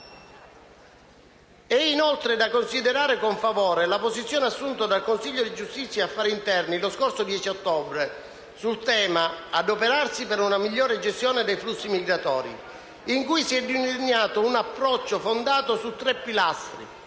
È inoltre da considerare con favore la posizione assunta dal Consiglio Giustizia e affari interni, lo scorso 10 ottobre, sul tema «Adoperarsi per una migliore gestione dei flussi migratori», in cui si è delineato un approccio fondato su tre pilastri: